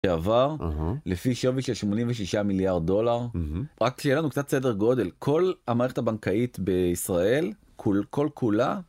עבר לפי שווי של 86 מיליארד דולר רק שלנו קצת סדר גודל כל המערכת הבנקאית בישראל כל כל כולה.